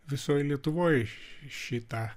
visoj lietuvoj šį tą